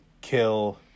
kill